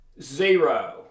zero